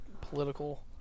political